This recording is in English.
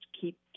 keep